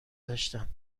داشتم